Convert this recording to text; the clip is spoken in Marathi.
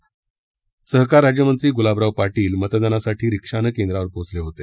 राज्याचे सहकार राज्यमंत्री गुलाबराव पाटील मतदानासाठी रिक्षाने केंद्रावर पोहोचले होते